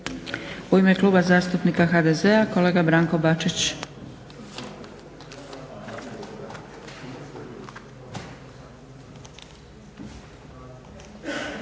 U ime Kluba zastupnika HDZ-a kolega Branko Bačić.